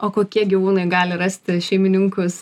o kokie gyvūnai gali rasti šeimininkus